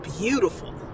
beautiful